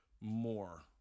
more